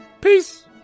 Peace